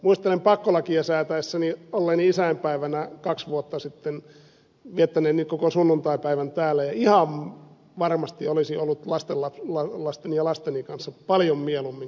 muistelen pakkolakia säätäessäni kaksi vuotta sitten viettäneeni koko sunnuntaipäivän isänpäivän täällä ja ihan varmasti olisin ollut lastenlasten ja lasteni kanssa paljon mieluummin kuin hommissa